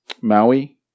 Maui